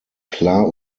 klar